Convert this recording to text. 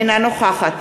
אינה נוכחת